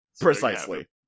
Precisely